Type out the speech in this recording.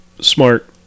smart